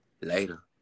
Later